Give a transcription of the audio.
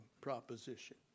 proposition